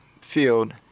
field